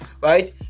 right